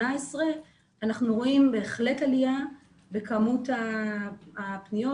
אנחנו רואים בהחלט עלייה בכמות הפניות.